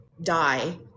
die